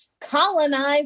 colonized